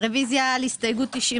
אנחנו בקובץ ההסתייגויות של סיעת